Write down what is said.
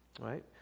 Right